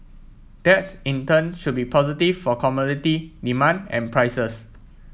that's in turn should be positive for commodity demand and prices